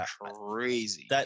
crazy